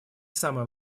самый